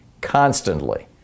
constantly